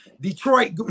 Detroit